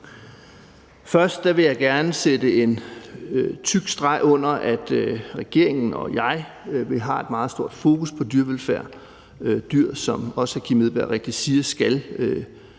Først vil jeg gerne sætte en tyk streg under, at regeringen og jeg har et meget stort fokus på dyrevelfærd. Dyr skal, som også hr. Kim Edberg Andersen rigtigt siger, leve